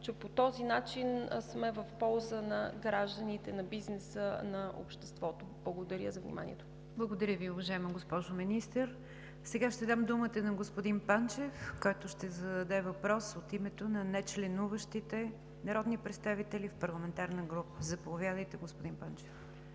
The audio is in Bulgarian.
че по този начин сме в полза на гражданите, на бизнеса, на обществото. Благодаря за вниманието. ПРЕДСЕДАТЕЛ НИГЯР ДЖАФЕР: Благодаря Ви, уважаема госпожо Министър. Сега ще дам думата на господин Панчев, който ще зададе въпрос от името на нечленуващите народни представители в парламентарна група. Заповядайте, господин Панчев.